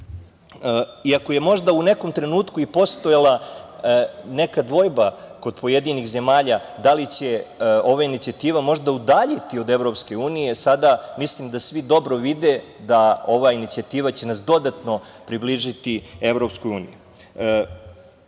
je možda u nekom trenutku i postojala neka dvojba kod pojedinih zemalja da li će ova inicijativa možda udaljiti od EU, sada mislim da svi dobro vide da ova inicijativa će nas dodatno približiti EU.Ako uzimamo